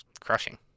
crushing